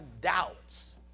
doubts